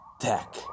Tech